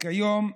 כיום,